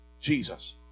Jesus